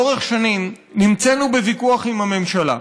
לאורך שנים נמצאנו בוויכוח עם הממשלה,